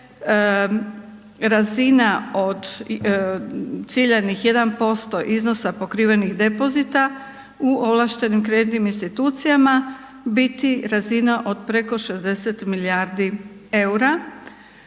razina od ciljanih 1% iznosa pokrivenih depozita, u ovlaštenim kreditnim institucijama, biti razina od preko 60 milijardi eura,